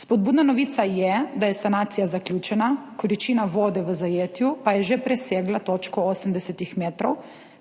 Spodbudna novica pa je, da je sanacija zaključena, količina vode v zajetju pa je že presegla točko osemdesetih metrov,